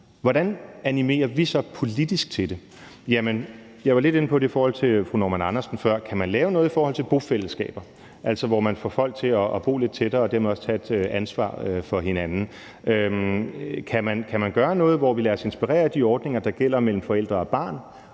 Hvordan animerer vi så politisk til det? Jeg var lidt inde på det i forhold til fru Kirsten Normann Andersen før: Kan man lave noget i forhold til bofællesskaber, altså hvor man får folk til at bo lidt tættere og dermed også tage et ansvar for hinanden? Kan man gøre noget, hvor vi lader os inspirere af de ordninger, der gælder mellem forældre og børn,